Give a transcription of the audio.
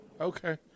Okay